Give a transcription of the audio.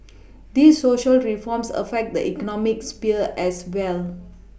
these Social reforms affect the economic sphere as well